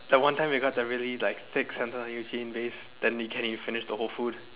that one time we got that really like thick finish the whole food